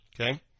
Okay